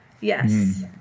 Yes